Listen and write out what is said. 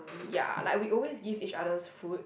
ya like we always give each other food